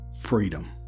freedom